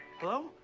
Hello